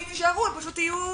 אנחנו צריכים לשמוע גם את